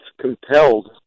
compelled